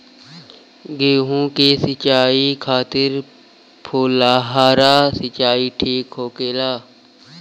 गेहूँ के सिंचाई खातिर फुहारा सिंचाई ठीक होखि?